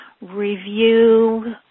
review